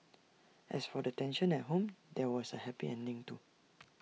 as for the tension at home there was A happy ending too